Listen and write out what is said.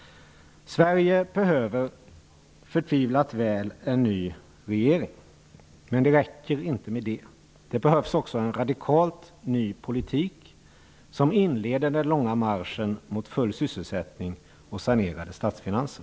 Sverige behöver förtvivlat en ny regering, men det räcker inte med det. Det behövs också en radikalt ny politik, som inleder den långa marschen mot full sysselsättning och sanerade statsfinanser.